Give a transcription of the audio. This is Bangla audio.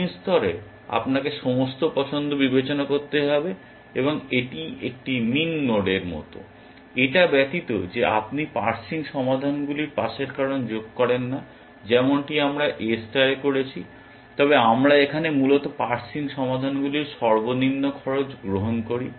মিন স্তরে আপনাকে সমস্ত পছন্দ বিবেচনা করতে হবে এবং এটি একটি মিন নোডের মতো এটা ব্যতীত যে আপনি পার্সিং সমাধানগুলির পাসের কারণ যোগ করেন না যেমনটি আমরা A স্টারে করেছি তবে আমরা এখানে মূলত পার্সিং সমাধানগুলির সর্বনিম্ন খরচ গ্রহণ করি